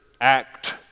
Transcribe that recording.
act